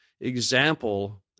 example